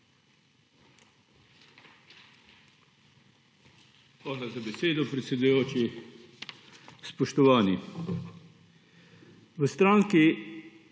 Hvala za besedo, predsedujoči, spoštovani.